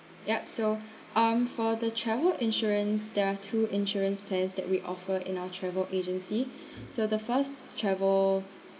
yup so um for the travel insurance there are two insurance plans that we offer in our travel agency so the first travel